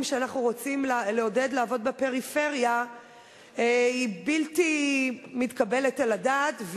שאנחנו רוצים לעודד לעבוד בפריפריה היא בלתי מתקבלת על הדעת.